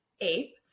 ape